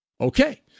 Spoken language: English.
Okay